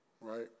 Right